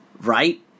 Right